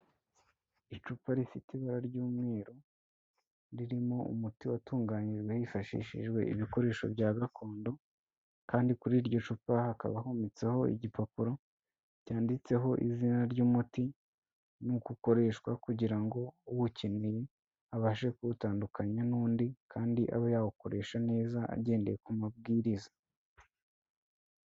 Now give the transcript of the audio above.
Icupa rifite ibara ry'umweru, ririmo umuti watunganyijwe hifashishijwe ibikoresho bya gakondo, kandi kuri iryo cupa hakaba hometseho igipapuro cyanditseho izina ry'umuti n'uko ukoreshwa kugira ngo uwukeneye abashe kuwutandukanya n'undi kandi abe yawukoresha neza agendeye ku mabwiriza.